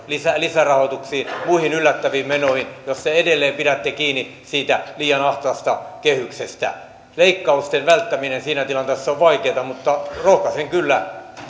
lisärahoituksiin muihin yllättäviin menoihin jos te edelleen pidätte kiinni siitä liian ahtaasta kehyksestä leikkausten välttäminen siinä tilanteessa on vaikeaa mutta rohkaisen kyllä